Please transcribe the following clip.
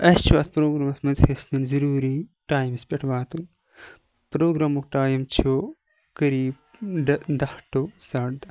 اَسہِ چھُ اَتھ پروگرامَس مَنٛز حصہِ نیُن ضوٚروٗری ٹایمَس پیٹھ واتُن پروگرامُک ٹایم چھُ قریب دٕ داہ ٹُہ ساڑٕ داہ